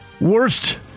Worst